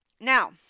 Now